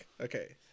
okay